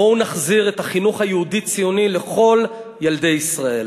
בואו נחזיר את החינוך היהודי-ציוני לכל ילדי ישראל.